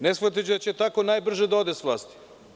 Ne shvatajući da će tako najbrže da ode sa vlasti.